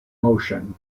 motion